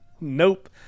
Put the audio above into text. nope